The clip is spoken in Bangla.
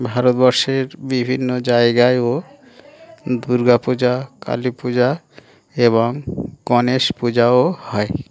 ভারতবর্ষের বিভিন্ন জায়গায়ও দুর্গাাপূজা কালী পূজা এবং গণেশ পূজাও হয়